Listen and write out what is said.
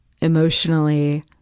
emotionally